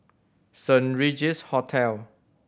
Saint Regis Hotel